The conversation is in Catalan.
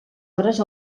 hores